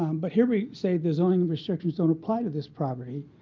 um but here we say the zoning restrictions don't apply to this property.